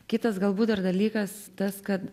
kitas galbūt dar dalykas tas kad